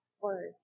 word